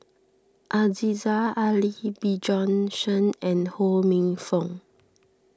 Aziza Ali Bjorn Shen and Ho Minfong